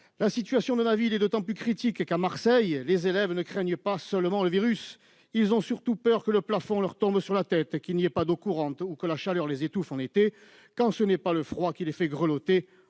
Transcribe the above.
La situation dans ma ville est d'autant plus critique que les élèves, à Marseille, ne craignent pas seulement le virus : ils ont surtout peur que le plafond leur tombe sur la tête, qu'il n'y ait pas d'eau courante, que la chaleur les étouffe en été ou que le froid les fasse grelotter